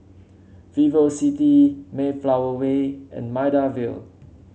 VivoCity Mayflower Way and Maida Vale